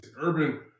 Urban